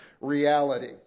reality